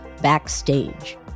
Backstage